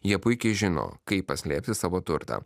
jie puikiai žino kaip paslėpti savo turtą